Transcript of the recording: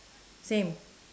same